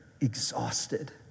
exhausted